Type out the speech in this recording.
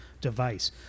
device